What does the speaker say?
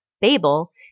Babel